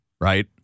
Right